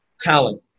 talent